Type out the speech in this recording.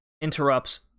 interrupts